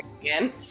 again